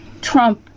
Trump